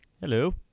Hello